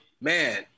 Man